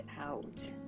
out